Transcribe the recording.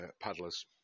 paddlers